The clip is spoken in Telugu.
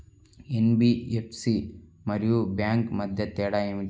ఎన్.బీ.ఎఫ్.సి మరియు బ్యాంక్ మధ్య తేడా ఏమిటి?